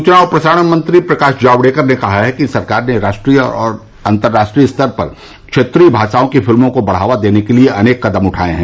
सूचना और प्रसारण मंत्री प्रकाश जावड़ेकर ने कहा है कि सरकार ने राष्ट्रीय और अंतर्राष्ट्रीय स्तर पर क्षेत्रीय भाषाओं की फिल्मों को बढ़ावा देने के लिए अनेक कदम उठाये हैं